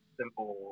simple